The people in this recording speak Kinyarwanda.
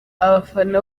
abafana